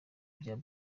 bya